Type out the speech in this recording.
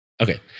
Okay